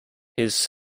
his